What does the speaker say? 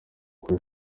kuri